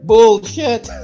Bullshit